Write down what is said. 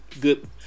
good